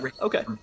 Okay